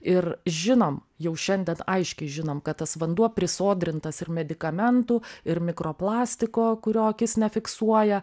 ir žinom jau šiandien aiškiai žinom kad tas vanduo prisodrintas ir medikamentų ir mikroplastiko kurio akis nefiksuoja